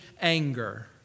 anger